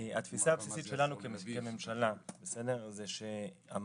התפיסה הבסיסית שלנו כממשלה היא שהמענה